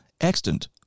extant